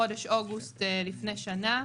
בחודש אוגוסט לפני שנה,